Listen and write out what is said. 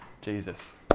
Jesus